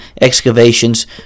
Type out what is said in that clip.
excavations